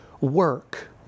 work